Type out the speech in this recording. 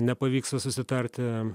nepavyksta susitarti